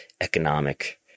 economic